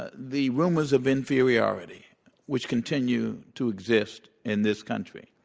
ah the rumors of inferiority which continue to exist in this country.